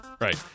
Right